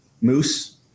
Moose